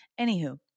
Anywho